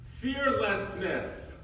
Fearlessness